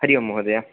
हरिः ओं महोदय